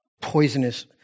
poisonous